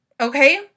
okay